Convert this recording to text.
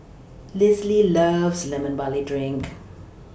Lisle loves Lemon Barley Drink